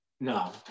no